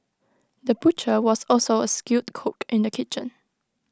the butcher was also A skilled cook in the kitchen